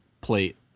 plate